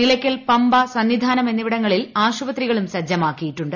നിലയ്ക്കൽ പമ്പ സന്നിധാനം എന്നിവിടങ്ങളിൽ ആശുപത്രികളും സജ്ജമാക്കിയിട്ടുണ്ട്